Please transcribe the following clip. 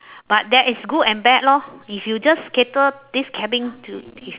but there is good and bad lor if you just cater this cabin to the